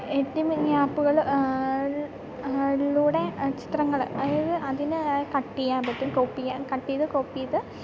editing തുടങ്ങിയ ആപ്പുകൾ ൾ കളിലൂടെ ചിത്രങ്ങൾ അതായത് അതിനെ കട്ട് ചെയ്യാൻ പറ്റും കോപ്പി ചെയ്യാൻ കട്ട് ചെയ്ത് കോപ്പി ചെയ്ത്